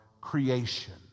creation